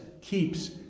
keeps